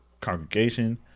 congregation